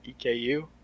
EKU